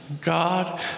God